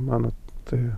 mano tai